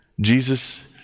Jesus